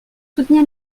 soutenir